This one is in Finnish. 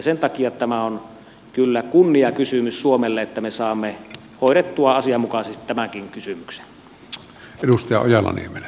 sen takia tämä on kyllä kunniakysymys suomelle että me saamme hoidettua asianmukaisesti tämänkin kysymyksen